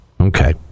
Okay